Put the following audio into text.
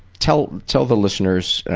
tell tell the listeners